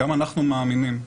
גם אנחנו מאמינים ששקיפות,